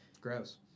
Gross